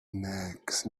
next